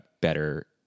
better